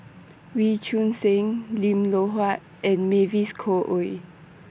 Wee Choon Seng Lim Loh Huat and Mavis Khoo Oei